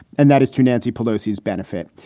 and that is to nancy pelosi's benefit.